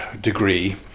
degree